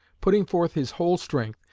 putting forth his whole strength,